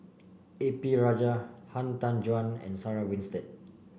A P Rajah Han Tan Juan and Sarah Winstedt